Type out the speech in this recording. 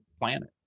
planet